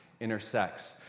intersects